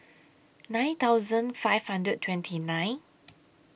nine thousand five hundred and twenty nine